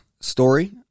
story